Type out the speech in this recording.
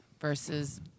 versus